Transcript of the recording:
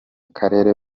karere